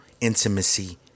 intimacy